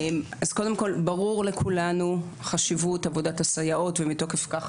ברור לכולנו חשיבות עבודת הסייעות ותוקף כך,